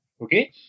Okay